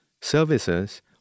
services